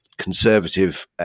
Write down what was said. conservative